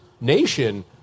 nation